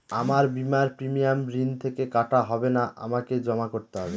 আমার বিমার প্রিমিয়াম ঋণ থেকে কাটা হবে না আমাকে জমা করতে হবে?